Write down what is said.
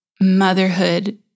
motherhood